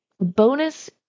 Bonus